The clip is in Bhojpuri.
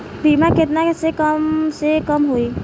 बीमा केतना के कम से कम होई?